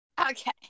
Okay